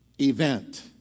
event